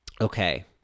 Okay